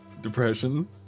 depression